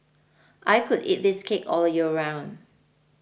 I could eat this cake all year round